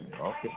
okay